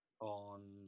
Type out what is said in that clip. on